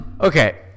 okay